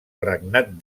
regnat